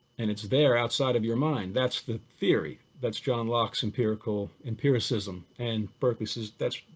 and it's there, outside of your mind, that's the theory, that's john locke's empirical, empiricism and berkeley says that's,